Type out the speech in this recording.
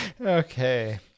Okay